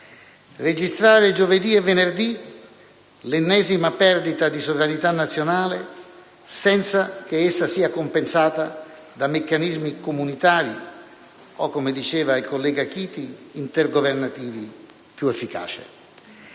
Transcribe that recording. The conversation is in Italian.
registrare, giovedì e venerdì, l'ennesima perdita di sovranità nazionale senza che essa sia compensata da meccanismi comunitari o, come diceva il collega Chiti, intergovernativi più efficaci.